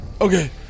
okay